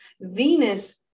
Venus